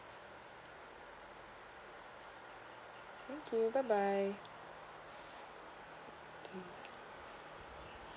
thank you bye bye